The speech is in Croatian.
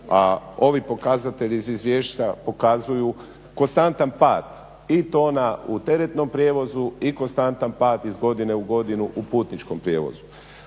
a ovi pokazatelji iz izvješća pokazuju konstantan pad i to na u teretnom prijevozu i konstantan pad iz godine u godinu u putničkom prijevozu.